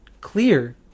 clear